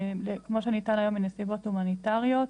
כמו שניתן היום מנסיבות הומניטאריות,